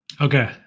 Okay